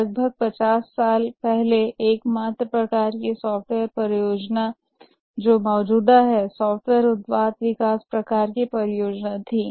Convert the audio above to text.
लगभग 50 साल पहले एकमात्र प्रकार की सॉफ़्टवेयर परियोजनाएँ मौजूद थी वे सॉफ़्टवेयर प्रोडक्ट डेवलपमेंट प्रकार की परियोजनाएँ थीं